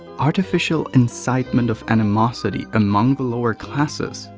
artificial incitement of animosity among the lower classes,